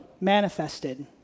manifested